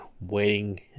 waiting